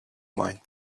mind